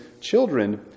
children